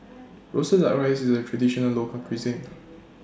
Roasted Duck Rice IS A Traditional Local Cuisine